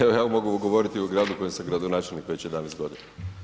Evo ja mogu govoriti o gradu u kojem sam gradonačelnik već 11 godina.